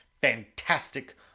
fantastic